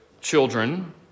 children